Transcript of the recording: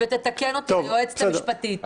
תתקן אותי היועצת המשפטית,